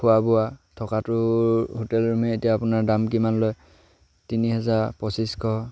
খোৱা বোৱা থকাটো হোটেল ৰুমে এতিয়া আপোনাৰ দাম কিমান লয় তিনি হাজাৰ পঁচিছশ